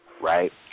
right